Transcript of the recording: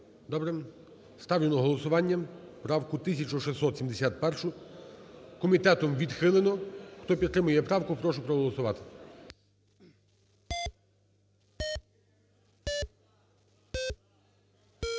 Добре. Ставлю на голосування правку 1671-у. Комітетом відхилено. Хто підтримує правку, прошу проголосувати.